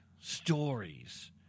stories